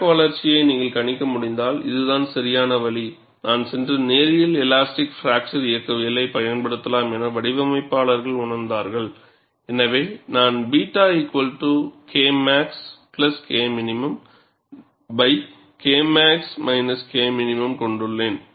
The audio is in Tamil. கிராக் வளர்ச்சியை நீங்கள் கணிக்க முடிந்தால் இதுதான் சரியான வழி நான் சென்று நேரியல் எலாஸ்டிக் பிராக்சர் இயக்கவியலைப் பயன்படுத்தலாம் என வடிவமைப்பாளர்கள் உணர்ந்தார்கள் எனவே நான் βK maxK minK max K min கொண்டுள்ளேன்